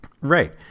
Right